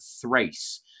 Thrace